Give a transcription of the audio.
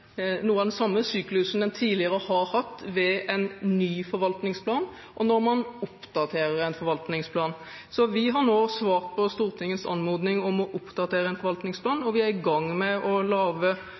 noe av den samme syklusen en tidligere har hatt ved en ny forvaltningsplan og når en oppdaterer en forvaltningsplan. Vi har nå svart på Stortingets anmodning om å oppdatere en forvaltningsplan, og vi er i gang med å